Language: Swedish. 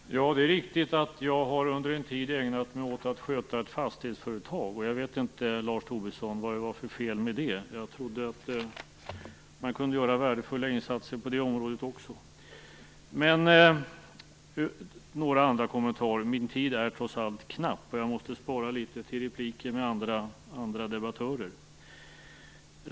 Herr talman! Det är riktigt att jag under en tid har ägnat mig åt att sköta ett fastighetsföretag. Vad är det för fel med det, Lars Tobisson? Jag trodde att man kunde göra värdefulla insatser på det området också. Jag har några andra kommentarer - min taletid är trots allt knapp, och jag måste spara litet till replikskiften med andra debattörer.